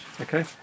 okay